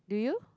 do you